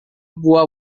buah